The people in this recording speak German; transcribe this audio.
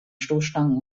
stoßstangen